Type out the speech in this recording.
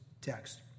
text